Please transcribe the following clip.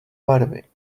barvy